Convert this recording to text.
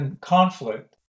conflict